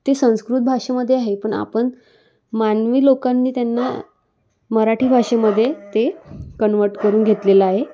ते संस्कृत भाषेमध्ये आहे पण आपण मानवी लोकांनी त्यांना मराठी भाषेमध्ये ते कन्व्हर्ट करून घेतलेलं आहे